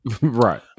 right